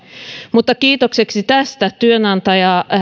mutta kiitokseksi tästä työnantaja